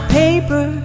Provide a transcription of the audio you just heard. paper